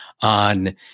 on